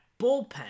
bullpen